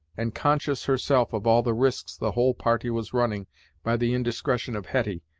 and conscious herself of all the risks the whole party was running by the indiscretion of hetty,